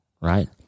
right